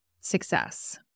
success